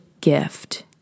gift